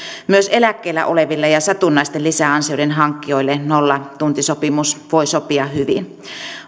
myös eläkkeellä oleville ja satunnaisten lisäansioiden hankkijoille nollatuntisopimus voi sopia hyvin